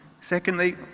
Secondly